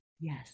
Yes